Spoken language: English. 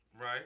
Right